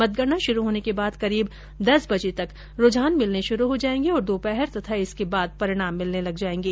मतगणना शुरु होने के बाद करीब दस बजे तक रुझान मिलने शुरु हो जायेंगे और दोपहर तथा इसके बाद परिणाम मिलने लग जायेंगे